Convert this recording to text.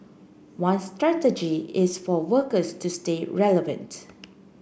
one strategy is for workers to stay relevant